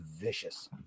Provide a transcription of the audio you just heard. vicious